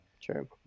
True